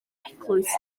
eglwys